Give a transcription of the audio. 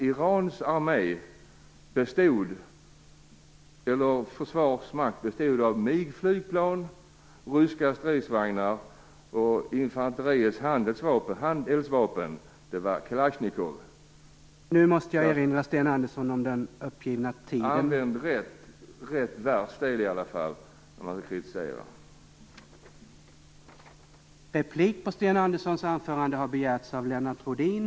Irans försvarsmakt bestod av MIG-flygplan och ryska stridsvagnar, och infanteriets handeldsvapen var Kalaschnikov. Man skall i alla fall använda rätt världsdel när man kritiserar.